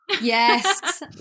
yes